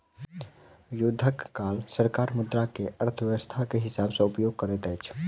युद्धक काल सरकार मुद्रा के अर्थव्यस्था के हिसाब सॅ उपयोग करैत अछि